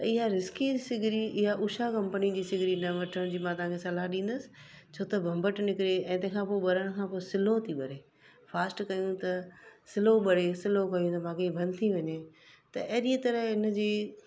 त इहा रिस्क इहा ऊषा कंपनी जी सिघिरी न वठण जी मां तव्हांखे सलाह ॾींदसि छो त भंभट निकिरे ऐं तंहिं खां पोइ ॿरण खां पोइ सिलो थी ॿरे फास्ट कयूं त सिलो ॿरे सिलो कयूं त माॻे ई बंदि थी वञे अहिड़ीअ तरह हिनजी